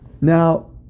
Now